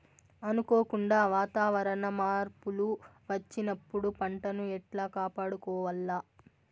అనుకోకుండా వాతావరణ మార్పులు వచ్చినప్పుడు పంటను ఎట్లా కాపాడుకోవాల్ల?